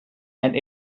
and